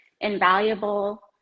invaluable